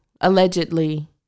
allegedly